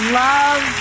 love